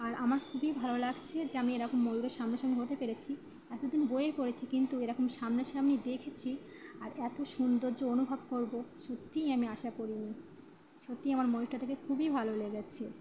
আর আমার খুবই ভালো লাগছে যে আমি এ রকম ময়ূরের সামনাসামনি হতে পেরেছি এতদিন বইয়েই পড়েছি কিন্তু এরকম সামনাসামনি দেখেছি আর এত সৌন্দর্য অনুভব করব সত্যিই আমি আশা করিনি সত্যিই আমার ময়ূরটা দেখে খুবই ভালো লেগেছে